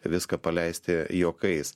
viską paleisti juokais